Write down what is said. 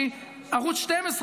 כי ערוץ 12,